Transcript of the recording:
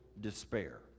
despair